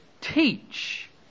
teach